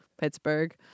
Pittsburgh